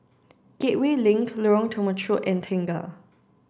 Gateway Link Lorong Temechut and Tengah